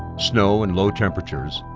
snow, and low temperatures,